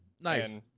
nice